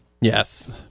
Yes